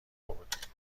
بود